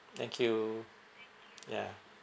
thank you ya